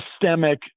systemic